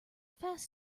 fast